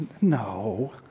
No